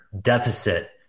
deficit